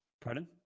Pardon